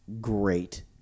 great